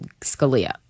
Scalia